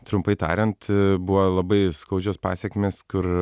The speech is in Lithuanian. trumpai tariant buvo labai skaudžios pasekmės kur